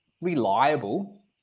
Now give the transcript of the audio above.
reliable